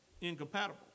incompatible